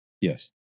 yes